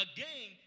Again